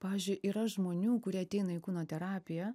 pavyzdžiui yra žmonių kurie ateina į kūno terapiją